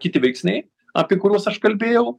kiti veiksniai apie kuriuos aš kalbėjau